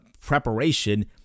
preparation